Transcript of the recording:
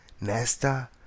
Nesta